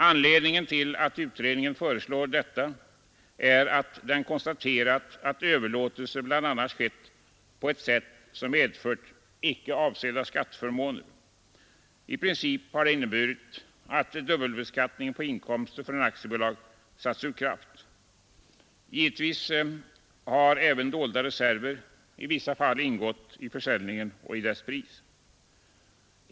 Anledningen till att utredningen föreslår detta är att den konstaterat att överlåtelser bl.a. skett på ett sätt som medfört icke avsedda skatteförmåner. I princip har det inneburit att dubbelbeskattning på inkomster från aktiebolag satts ur kraft. Givetvis har även dolda reserver i vissa fall ingått i försäljningen och i dess pris.